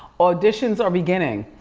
auditions are beginning.